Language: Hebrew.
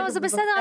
לא בסדר,